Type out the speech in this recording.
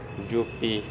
UP